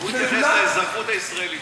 הוא התייחס לאזרחות הישראלית,